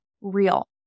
real